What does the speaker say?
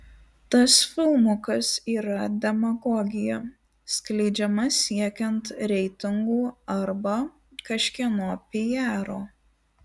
tas filmukas yra demagogija skleidžiama siekiant reitingų arba kažkieno pijaro